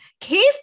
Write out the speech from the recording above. Keith